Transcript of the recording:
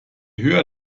höher